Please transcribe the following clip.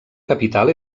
capital